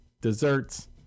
desserts